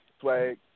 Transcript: flag